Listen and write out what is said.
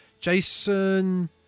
Jason